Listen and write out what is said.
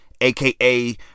aka